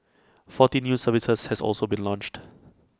forty new services has also been launched